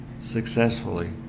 successfully